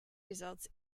results